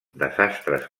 desastres